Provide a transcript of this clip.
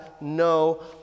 no